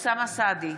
נגד אוסאמה סעדי,